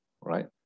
right